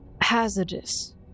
hazardous